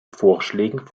vorschlägen